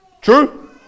True